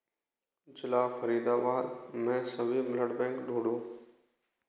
जिला फ़रीदाबाद में सभी ब्लड बैंक ढूँडो